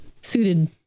suited